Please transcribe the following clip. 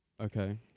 Okay